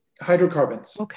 hydrocarbons